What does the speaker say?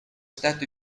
stato